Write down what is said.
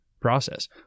process